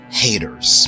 haters